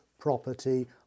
property